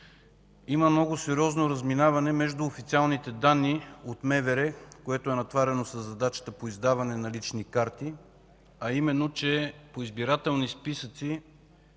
има много сериозно разминаване между официалните данни от МВР, натоварено със задачата по издаване на лични карти, а именно, че по избирателни списъци